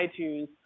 itunes